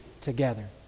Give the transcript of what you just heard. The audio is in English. together